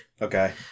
Okay